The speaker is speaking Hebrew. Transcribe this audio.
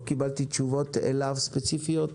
לא קיבלתי תשובות ספציפיות אליהם,